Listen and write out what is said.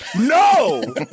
No